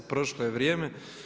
Prošlo je vrijeme.